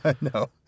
No